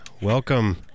Welcome